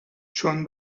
چون